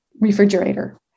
refrigerator